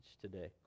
today